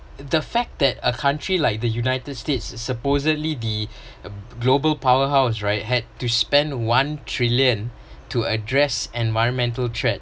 the fact that a country like the united states supposedly the global powerhouse right had to spend one trillion to address environmental threat